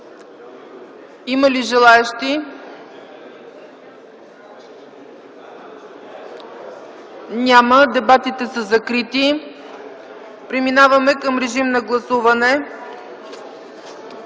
Има ли желаещи? Няма. Дебатите са закрити. Преминаваме към гласуване.